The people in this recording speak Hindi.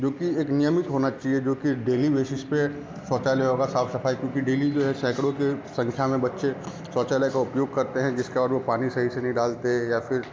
जो की एक नियमित होना चाहिए जो की डेली बेसिस पर शौचालय होगा साफ सफाई क्योंकि डेली जो है सैकड़ों की संख्या में बच्चे शौचालय का उपयोग करते हैं जिसका और वह पानी सही से नहीं डालते हैं या फिर